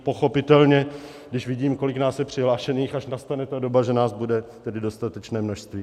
Pochopitelně když vidím, kolik nás je přihlášených, až nastane ta doba, kdy nás bude dostatečné množství.